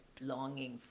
longing